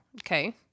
Okay